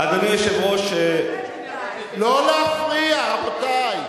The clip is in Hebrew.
אדוני היושב-ראש, לא להפריע, רבותי.